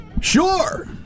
Sure